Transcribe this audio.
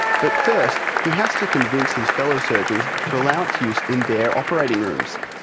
but first he has to convince his fellow surgeons to allow its use in their operating rooms,